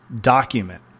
document